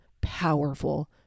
powerful